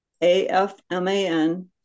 A-F-M-A-N